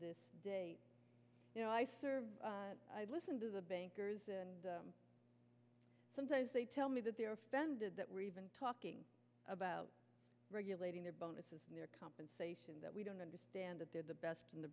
this day you know i serve i listen to the bankers and sometimes they tell me that they're offended that we're even talking about regulating their bonuses and their compensation that we don't understand that they're the best and the